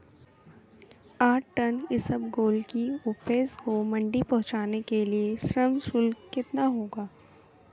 आठ टन इसबगोल की उपज को मंडी पहुंचाने के लिए श्रम शुल्क कितना होगा?